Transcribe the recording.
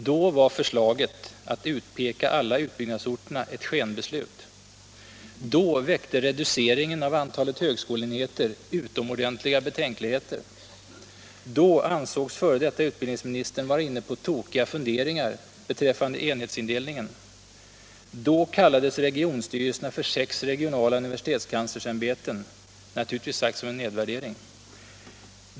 , Då var förslaget att utpeka alla utbyggnadsorterna ”ett skenbeslut”. Då ansågs dåvarande utbildningsministern vara inne på ”tokiga funderingar” beträffande enhetsindelningen. Då kallades regionstyrelserna ”sex regionala universitetskanslersämbeten”, naturligtvis sagt som en nedvärdering.